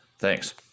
Thanks